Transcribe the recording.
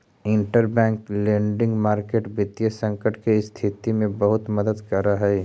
interbank lending market वित्तीय संकट के स्थिति में बहुत मदद करऽ हइ